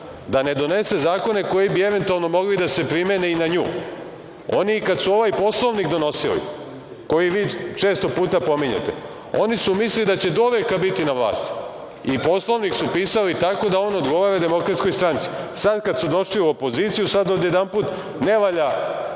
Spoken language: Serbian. da ne donese zakone koji bi eventualno mogli da se primene i na nju. Oni i kad su ovaj Poslovnik donosili, koji vi često puta pominjete, oni su mislili da će doveka biti na vlasti i Poslovnik su pisali tako da on odgovara Demokratskoj stranci. Sada, kad su došli u opoziciju sad, odjedanput, ne valja